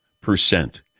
percent